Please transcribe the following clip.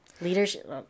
Leadership